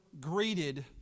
greeted